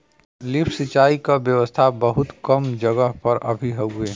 lift सिंचाई क व्यवस्था बहुत कम जगह पर अभी हउवे